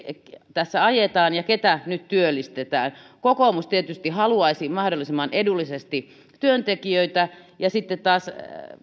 tässä ajetaan ja keitä nyt työllistetään kokoomus tietysti haluaisi mahdollisimman edullisesti työntekijöitä ja sitten taas